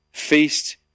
feast